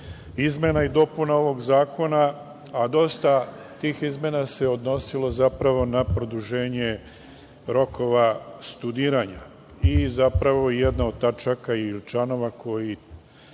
izmena i dopuna ovog zakona, a dosta tih izmena se odnosilo zapravo na produženje rokova studiranja. Jedna od tačaka i članova koji